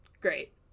great